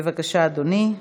בבקשה, אדוני,